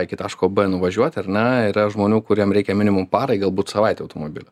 iki taško b nuvažiuoti ar ne yra žmonių kuriem reikia minimum parai galbūt savaitę automobilio